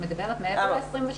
את מדברת מעבר ל-26?